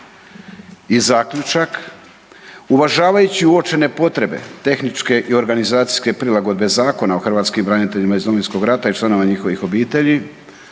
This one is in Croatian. I zaključak, uvažavajući uočene potrebe tehničke i organizacijske prilagodne Zakona o hrvatskim braniteljima iz Domovinskog rata i članovima njihovih obitelji,